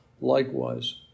likewise